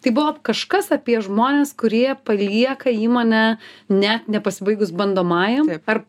tai buvo kažkas apie žmones kurie palieka įmonę net nepasibaigus bandomajam ar